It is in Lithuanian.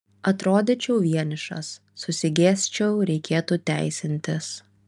atrodyčiau vienišas susigėsčiau reikėtų teisintis